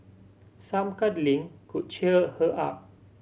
some cuddling could cheer her up